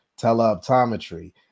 teleoptometry